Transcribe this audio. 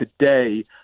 today